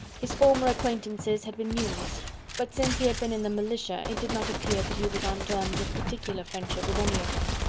his former acquaintances had been numerous but since he had been in the militia, it did not appear that he was on terms of particular friendship with any of them.